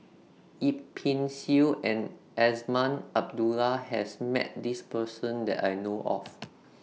Yip Pin Xiu and Azman Abdullah has Met This Person that I know of